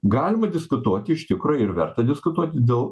galima diskutuoti iš tikro ir verta diskutuoti dėl